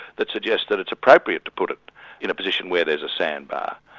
that suggests that it's appropriate to put it in a position where there's a sandbar.